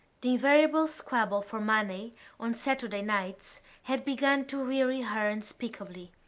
the invariable squabble for money on saturday nights had begun to weary her unspeakably.